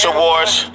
Awards